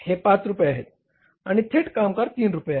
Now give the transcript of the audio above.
हे 5 रुपये आहेत आणि थेट कामगार 3 रुपये आहेत